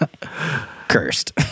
Cursed